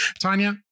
tanya